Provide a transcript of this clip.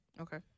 Okay